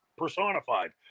personified